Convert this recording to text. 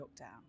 lockdown